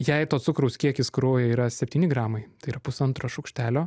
jei to cukraus kiekis kraujyje yra septyni gramai tai yra pusantro šaukštelio